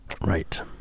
Right